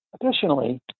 Additionally